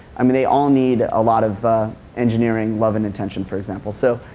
i mean, they all need a lot of engineering, love and attention, for example. so,